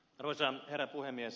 arvoisa herra puhemies